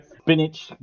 spinach